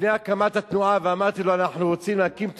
לפני הקמת התנועה ואמרתי לו: אנחנו רוצים להקים תנועה,